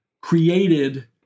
created